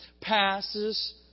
passes